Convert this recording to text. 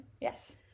Yes